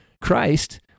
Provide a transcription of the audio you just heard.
Christ